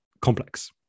complex